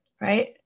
right